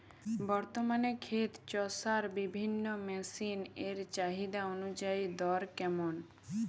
বর্তমানে ক্ষেত চষার বিভিন্ন মেশিন এর চাহিদা অনুযায়ী দর কেমন?